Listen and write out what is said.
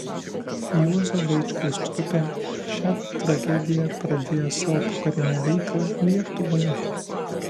juozo vaičkaus trupė šia tragedija pradėjo savo pokarinę veiklą lietuvoje